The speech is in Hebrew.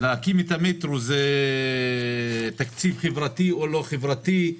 להקים את המטרו זה תקציב חברתי או לא חברתי?